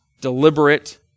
deliberate